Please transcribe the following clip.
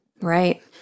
Right